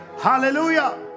Hallelujah